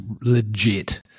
legit